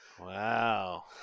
Wow